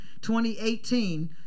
2018